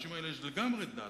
לאנשים האלה יש לגמרי דת,